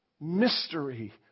mystery